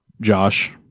Josh